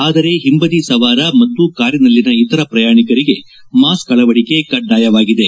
ಆದರೆ ಹಿಂಬದಿ ಸವಾರ ಮತ್ತು ಕಾರಿನಲ್ಲಿನ ಇತರ ಪ್ರಯಾಣಿಕರಿಗೆ ಮಾಸ್ ಅಳವಡಿಕೆ ಕಡ್ಡಯವಾಗಿದೆ